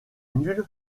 nulle